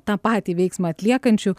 tą patį veiksmą atliekančių